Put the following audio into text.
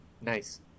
Nice